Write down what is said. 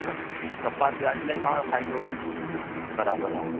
त कपात व्याजु में पाण फ़ाइदो आहे नी बराबरि आहे